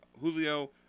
Julio